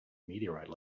meteorite